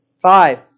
Five